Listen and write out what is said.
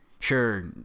Sure